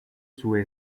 sue